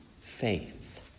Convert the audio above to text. faith